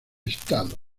estado